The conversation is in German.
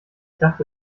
dachte